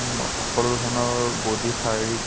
সকলো ধৰণৰ বডী শাৰীৰিক